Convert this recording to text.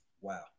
Wow